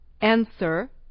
Answer